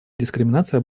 дискриминация